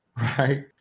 right